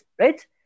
right